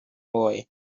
boy